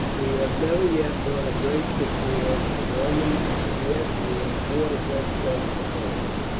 we have never yet won a great victory over the romans, and yet we have fought against them valiantly.